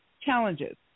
challenges